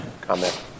comment